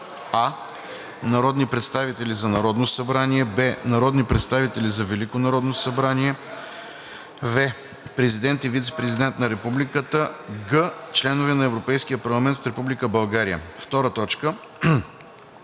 а) народни представители за Народно събрание; б) народни представители за Велико народно събрание; в) президент и вицепрезидент на републиката; г) членове на Европейския парламент от Република България;